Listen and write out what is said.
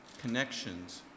connections